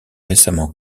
récemment